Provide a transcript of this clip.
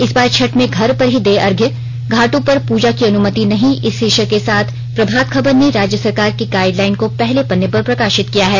इस बार छठ में घर पर ही दे अर्घ्य घाटों पर पूजा की अनुमति नहीं इस शीर्षक के साथ प्रभात खबर ने राज्य सरकार के गाइडलाइन को पहले पन्ने पर प्रकाशित किया है